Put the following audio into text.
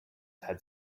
had